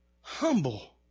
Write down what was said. Humble